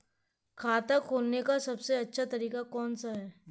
खाता खोलने का सबसे अच्छा तरीका कौन सा है?